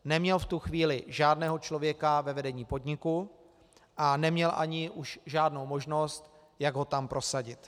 Neměl v tu chvíli žádného člověka ve vedení podniku a neměl už ani žádnou možnost, jak ho tam prosadit.